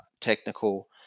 technical